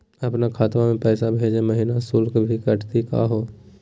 अपन खतवा से पैसवा भेजै महिना शुल्क भी कटतही का हो?